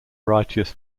righteous